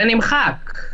זה נמחק.